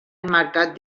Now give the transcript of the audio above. emmarcat